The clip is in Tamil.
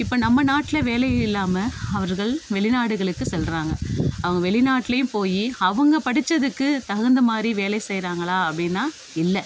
இப்போ நம்ம நாட்டில் வேலை இல்லாமல் அவர்கள் வெளிநாடுகளுக்கு செல்கிறாங்க அவங்க வெளிநாட்டிலையும் போய் அவங்க படித்ததுக்கு தகுந்தமாதிரி வேலை செய்கிறாங்களா அப்படின்னா இல்லை